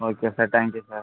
okay sir thank you sir